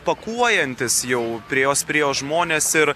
pakuojantis jau prie jos priėjo žmonės ir